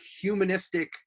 humanistic